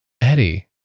Eddie